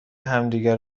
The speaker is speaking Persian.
همدیگه